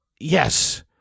Yes